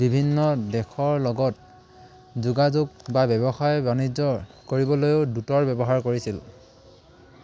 বিভিন্ন দেশৰ লগত যোগাযোগ বা ব্যৱসায় বাণিজ্য কৰিবলৈও দূতৰ ব্যৱহাৰ কৰিছিল